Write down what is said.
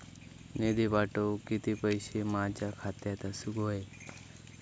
निधी पाठवुक किती पैशे माझ्या खात्यात असुक व्हाये?